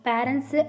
Parents